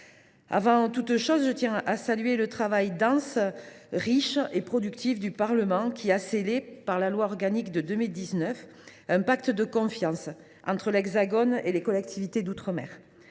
Avant toute chose, je tiens à saluer le travail dense, riche et efficace du Parlement qui a scellé, par la loi organique de 2019, un pacte de confiance entre l’Hexagone et les collectivités d’outre mer.